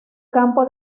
campo